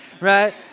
Right